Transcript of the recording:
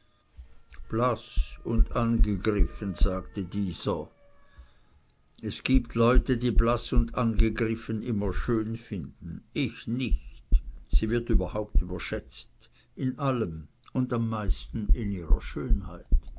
blaß und angegriffen sagte dieser es gibt leute die blaß und angegriffen immer schön finden ich nicht sie wird überhaupt überschätzt in allem und am meisten in ihrer schönheit